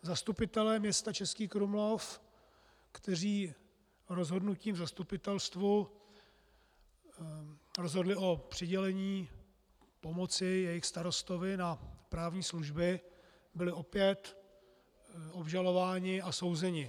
Zastupitelé města Český Krumlov, kteří rozhodnutím v zastupitelstvu rozhodli o přidělení pomoci jejich starostovi na právní služby, byli opět obžalováni a souzeni.